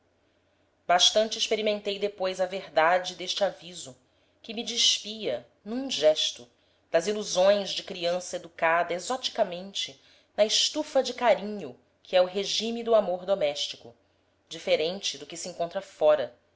bastante experimentei depois a verdade deste aviso que me despia num gesto das ilusões de criança educada exoticamente na estufa de carinho que é o regime do amor doméstico diferente do que se encontra fora